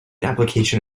application